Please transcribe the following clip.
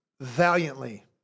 valiantly